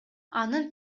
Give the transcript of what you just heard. анын